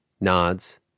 nods